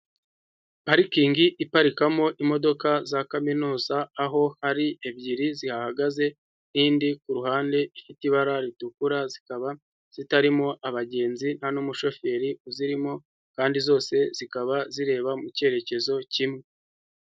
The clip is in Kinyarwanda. Parikingi iparikamo imodoka za kaminuza, aho hari ebyiri zihahagaze n'indi ku ruhande ifite ibara ritukura, zikaba zitarimo abagenzi nta n'umushoferi uzirimo kandi zose zikaba zireba mu cyerekezo kimwe.